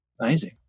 amazing